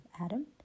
Adam